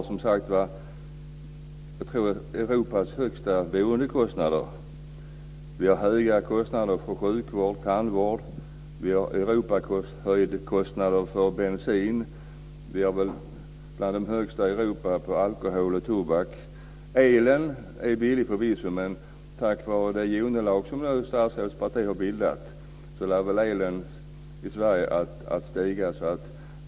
Sverige har Europas högsta boendekostnader. Kostnaderna för sjukvård och tandvård är höga. Bensinkostnaderna är högst i Europa. Kostnaderna för alkohol och tobak är bland de högsta i Europa. Elen är förvisso billig, men tack vare det underlag som statsrådets parti har bildat lär väl elen stiga i Sverige.